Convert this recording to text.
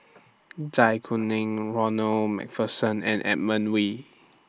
Zai Kuning Ronald MacPherson and Edmund Wee